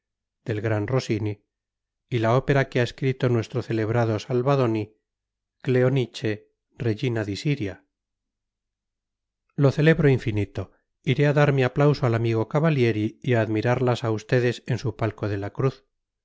del gran rossini y la ópera que ha escrito nuestro celebrado saldoni cleonice regina di siria lo celebro infinito iré a dar mi aplauso al amigo cavallieri y a admirarlas a ustedes en su palco de la cruz